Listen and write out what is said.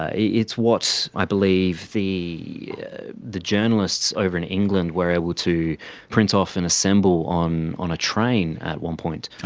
ah it's what is i believe the the journalists over in england were able to print off and assemble on on a train at one point.